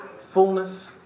fullness